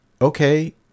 okay